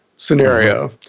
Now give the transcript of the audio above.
scenario